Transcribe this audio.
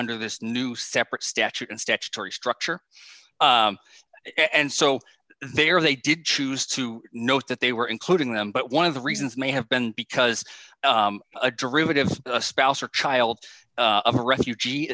under this new separate statute and statutory structure and so they are they did choose to note that they were including them but one of the reasons may have been because a derivative a spouse or child a refugee